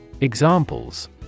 Examples